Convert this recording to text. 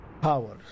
power